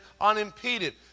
unimpeded